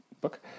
book